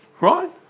Right